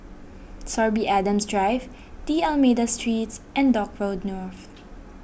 Sorby Adams Drive D'Almeida Streets and Dock Road North